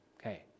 Okay